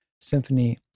symphony